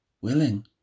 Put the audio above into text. willing